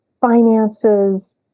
finances